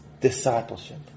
discipleship